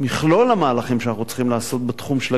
המהלכים שאנחנו צריכים לעשות בתחום של הגיל הרך,